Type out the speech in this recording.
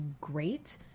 great